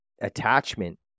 attachment